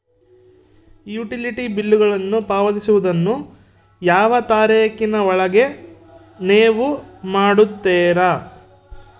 Utility ಬಿಲ್ಲುಗಳನ್ನು ಪಾವತಿಸುವದನ್ನು ಯಾವ ತಾರೇಖಿನ ಒಳಗೆ ನೇವು ಮಾಡುತ್ತೇರಾ?